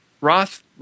Roth